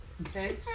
okay